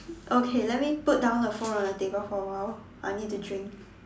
okay let me put down the phone on the table for a while I need to drink